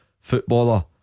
Footballer